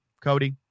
Cody